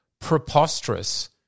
preposterous